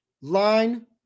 line